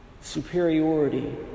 superiority